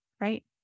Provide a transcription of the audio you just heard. Right